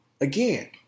Again